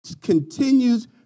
continues